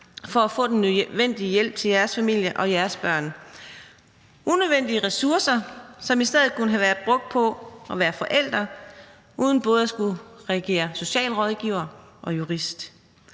for at få den nødvendige hjælp til jeres familier og jeres børn; unødvendige ressourcer, som i stedet kunne have været brugt på at være forældre uden at skulle agere både socialrådgiver og jurist.